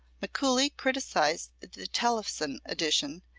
mikuli criticised the tellefsen edition,